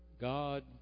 God